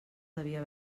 devia